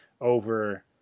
over